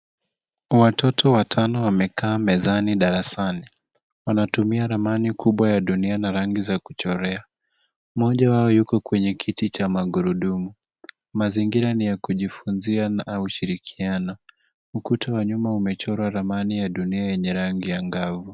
Watoto watano wamekaa mezani, darasani. Wanatumia ramani kubwa ya dunia na rangi za kuchorea. Mmoja wao yuko kwenye kiti cha magurudumu. Mazingira ni ya kujifunzia au ushirikiano. Ukuta wa nyuma umechorwa ramani ya dunia yenye rangi angavu.